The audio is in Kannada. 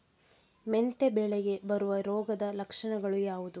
ಮೆಂತೆ ಬೆಳೆಗೆ ಬರುವ ರೋಗದ ಲಕ್ಷಣಗಳು ಯಾವುದು?